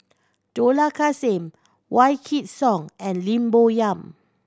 Dollah Kassim Wykidd Song and Lim Bo Yam